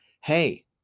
hey